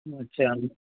अच्छा